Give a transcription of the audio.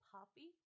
Poppy